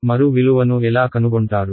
మరు విలువను ఎలా కనుగొంటారు